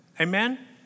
Amen